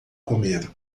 comer